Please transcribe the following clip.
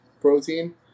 protein